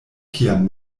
kiam